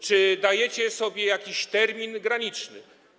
Czy dajecie sobie jakiś termin graniczny?